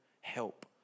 help